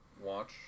Watch